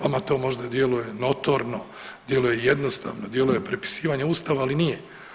Vama to možda djeluje notorno, djeluje jednostavno, djeluje prepisivanje ustava, ali nije.